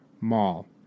mall